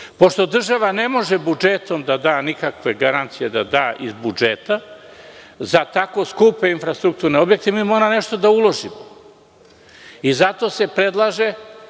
država ne može budžetom da da nikakve garancije iz budžeta za tako skupe infrastrukturne objekte, mi moramo nešto da uložimo. Zato se predlaže